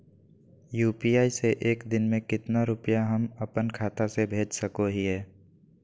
UPI से एक दिन में कितना रुपैया हम अपन खाता से भेज सको हियय?